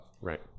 right